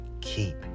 keep